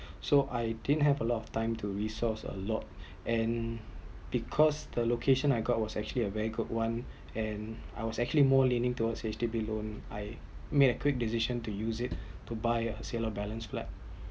so I didn't have a lot of time to really source a lot and because the location I got was actually a very good [one] and I was actually more leaning toward HDB loan I made a quick decision to use it to buy a sale of balance flat